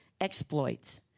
exploits